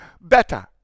better